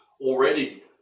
already